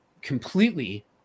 completely